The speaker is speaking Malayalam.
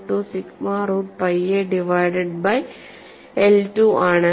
12 sigma root pi A divided by I2 ആണ്